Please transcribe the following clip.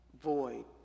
void